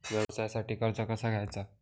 व्यवसायासाठी कर्ज कसा घ्यायचा?